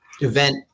event